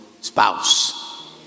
spouse